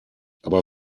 aber